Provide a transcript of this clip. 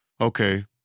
okay